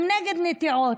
הם נגד נטיעות,